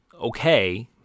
okay